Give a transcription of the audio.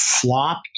flopped